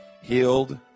healed